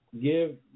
give